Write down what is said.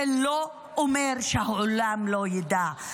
זה לא אומר שהעולם לא ידע.